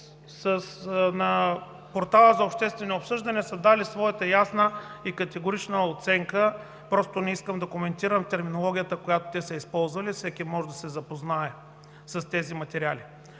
на портала за обществено обсъждане са дали своята ясна и категорична оценка. Сега не искам да коментирам терминологията, която те са използвали, всеки може да се запознае с тези материали.